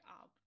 up